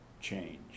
change